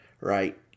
Right